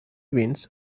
winds